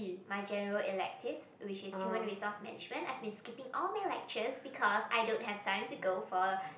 my general elective which is human resource management I have been skipping all my lectures because I don't have time to go for